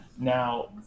Now